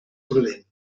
prudent